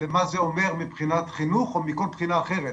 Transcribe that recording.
למה זה אומר מבחינת חינוך או מכל בחינה אחרת,